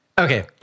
Okay